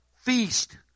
feast